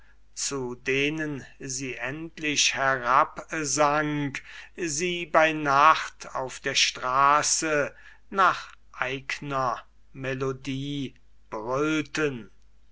zu denen sie endlich herabsank sie bei nacht auf der straße nach eigner melodie